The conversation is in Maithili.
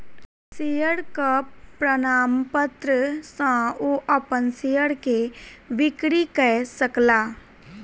शेयरक प्रमाणपत्र सॅ ओ अपन शेयर के बिक्री कय सकला